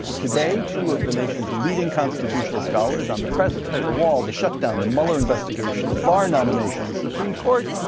today two of the nations leading constitutional scholars on the president, the wall, the shutdown, the mueller investigation, the barr nomination, the supreme court.